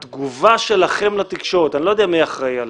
והתגובה שלכם לתקשורת, אני לא יודע מי אחראי עליה,